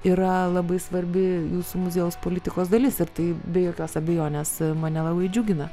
yra labai svarbi jūsų muziejaus politikos dalis ir tai be jokios abejonės mane labai džiugina